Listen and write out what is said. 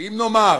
שאם נאמר